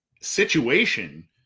situation